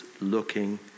looking